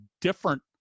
different